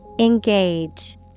Engage